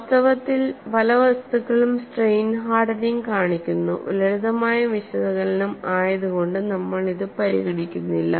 വാസ്തവത്തിൽ പല വസ്തുക്കളും സ്ട്രെയിൻ ഹാർഡനിങ് കാണിക്കുന്നു ലളിതമായ വിശകലനം ആയതുകൊണ്ട് നമ്മൾ അത് പരിഗണിക്കുന്നില്ല